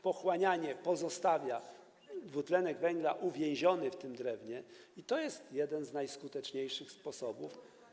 Pochłanianie pozostawia dwutlenek węgla uwięziony w tym drewnie i to jest jeden z najskuteczniejszych sposobów.